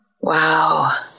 Wow